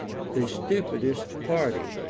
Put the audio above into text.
the stupidest party.